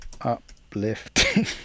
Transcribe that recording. uplifting